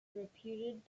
reputed